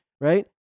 right